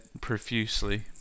profusely